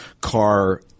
car